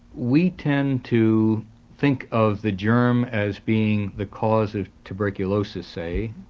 we tend to think of the germ as being the cause of tuberculosis, say,